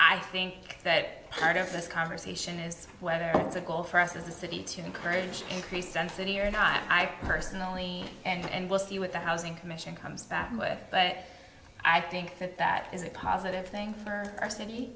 i think that part of this conversation is whether it's a call for us as a city to encourage increased sensitivity or not i personally and we'll see what the housing commission comes up with but i think that that is a positive thing for our city